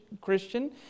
Christian